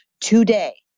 today